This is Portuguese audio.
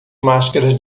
máscaras